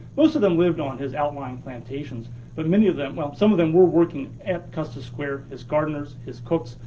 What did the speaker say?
most of them lived on his outlying plantations but many of them, well, some of them were working at custis square, his gardeners, his cooks,